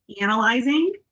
analyzing